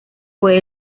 fue